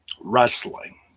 Wrestling